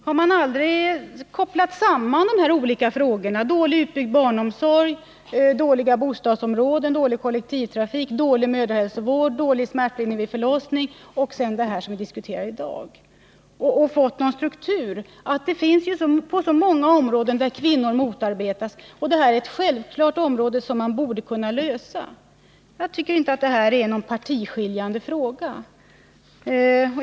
Har man aldrig kopplat ihop dessa olika frågor: dåligt utbyggd barnomsorg, dåliga bostadsområden, dålig kollektivtrafik, dålig mödrahälsovård, dålig smärtlindring vid förlossning och det som vi i dag diskuterar? Kvinnorna motarbetas på många områden, men på detta område borde problemen gå att lösa. Jag tycker inte att det här är någon partiskiljande fråga.